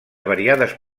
variades